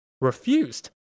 refused